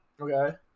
Okay